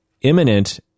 imminent